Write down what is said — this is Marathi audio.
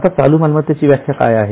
आता चालू मालमत्तेची व्याख्या काय आहे